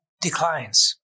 declines